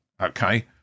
okay